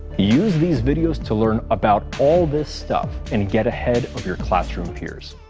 use these videos to learn about all this stuff, and get ahead of your classroom peers.